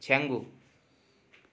छ्याङ्गु